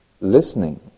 listening